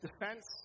defense